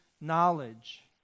knowledge